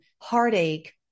heartache